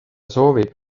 soovib